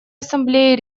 ассамблеей